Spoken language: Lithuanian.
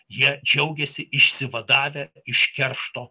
jie džiaugiasi išsivadavę iš keršto